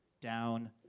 down